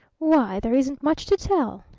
why, there isn't much to tell.